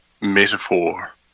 metaphor